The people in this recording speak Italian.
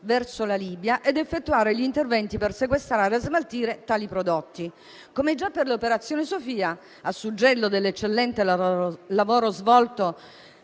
verso la Libia ed effettuare gli interventi per sequestrare e smaltire tali prodotti. Come già per l'operazione Sophia, a suggello dell'eccellente lavoro svolto